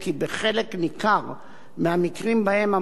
שבהם המעשה לא יהיה בגדר מעשה מגונה,